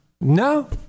No